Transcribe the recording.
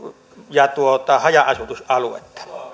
ja haja asutusaluetta